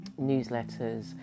newsletters